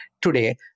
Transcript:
today